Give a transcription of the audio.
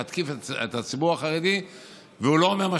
מתקיף את הציבור החרדי והוא לא אומר מה